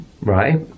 right